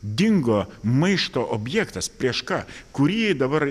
dingo maišto objektas prieš ką kurį dabar